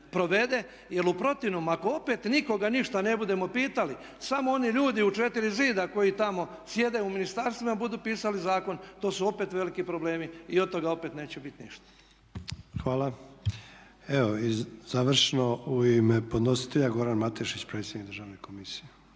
provede jer u protivnom ako opet nikoga ništa ne budemo pitali samo oni ljudi u četiri zida koji tamo sjede u ministarstvima budu pisali zakon i to su opet veliki problemi i od toga opet neće biti ništa. **Sanader, Ante (HDZ)** Hvala. Evo i završno u ime podnositelja Goran Matešić, predsjednik Državne komisije.